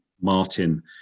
Martin